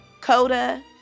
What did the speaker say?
Coda